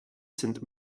sind